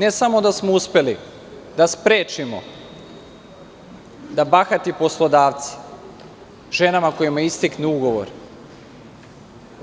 Ne samo da smo uspeli da sprečimo da bahati poslodavci ženama kojima istekne ugovor